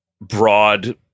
broad